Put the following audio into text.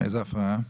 איזו הפרעה?